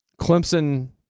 Clemson